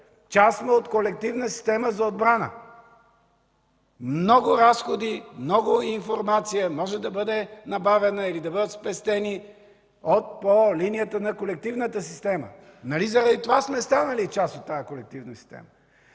Част сме от колективна система за отбрана. Много разходи, много информация може да бъде набавена или да бъдат спестени от по линията на колективната система. Нали заради това сме станали част от тази колективна система?